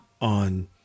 on